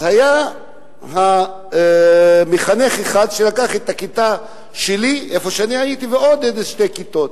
היה מחנך אחד שלקח את הכיתה שבה הייתי ועוד איזה שתי כיתות.